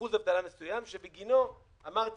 אחוז אבטלה מסוים שבגינו אמרתי,